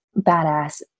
badass